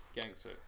Gangster